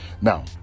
now